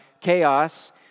chaos